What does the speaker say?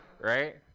Right